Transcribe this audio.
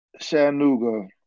Chattanooga